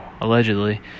allegedly